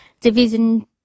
Division